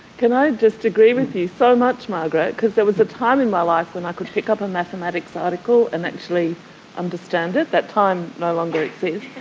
can i just agree with you so much margaret, because there was a time in my life when i could pick up a mathematics article and actually understand it. that time no longer exists.